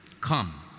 Come